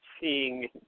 seeing